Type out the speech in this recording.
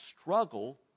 struggle